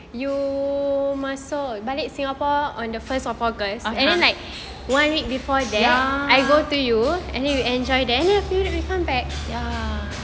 (uh huh) ya ya